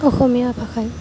অসমীয়া ভাষাই